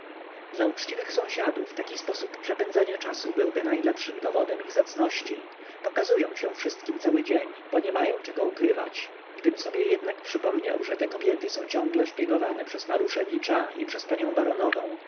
dla uczciwych sąsiadów taki sposób przepędzania czasu byłby najlepszym dowodem ich zacności pokazują się wszystkim cały dzień bo nie mają czego ukrywać gdym sobie jednak przypomniał że te kobiety są ciągle szpiegowane przez maruszewicza i przez panią